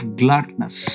gladness